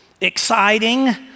exciting